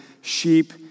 sheep